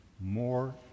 more